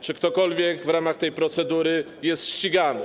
Czy ktokolwiek w ramach tej procedury jest ścigany?